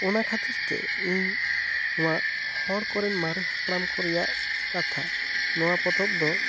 ᱚᱱᱟ ᱠᱷᱟᱹᱛᱤᱨ ᱛᱮ ᱤᱧ ᱱᱚᱣᱟ ᱦᱚᱲ ᱠᱚᱨᱮᱱ ᱢᱟᱨᱮ ᱦᱟᱯᱲᱟᱢ ᱠᱚ ᱨᱮᱭᱟᱜ ᱠᱟᱛᱷᱟ ᱱᱚᱣᱟ ᱯᱚᱛᱚᱵ ᱫᱚ